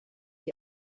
die